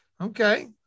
Okay